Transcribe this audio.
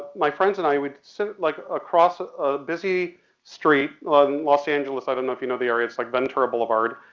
my friends and i would sit like across a busy street in and los angeles, i don't know if you know the area, it's like ventura boulevard,